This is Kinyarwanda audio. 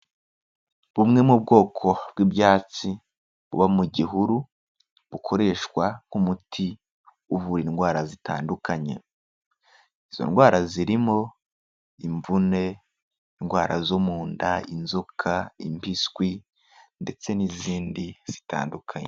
Bumwe mu bwoko bw'ibyatsi, buba mu gihuru, bukoreshwa nk'umuti uvura indwara zitandukanye. Izo ndwara zirimo imvune, indwara zo mu nda, inzoka, impiswi, ndetse n'izindi zitandukanye.